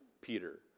Peter